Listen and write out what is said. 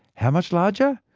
how much larger?